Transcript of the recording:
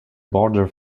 border